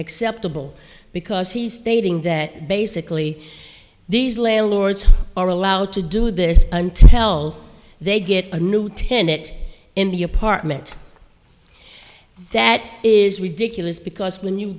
acceptable because he's stating that basically these landlords are allowed to do this until they get a new tenet in the apartment that is ridiculous because when you